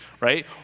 right